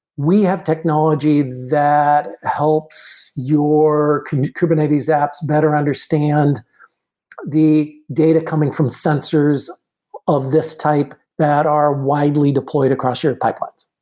we have technology that helps your kubernetes apps better understand the data coming from sensors of this type that are widely deployed across your pipelines.